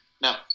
Now